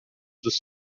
dos